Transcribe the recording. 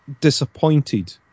disappointed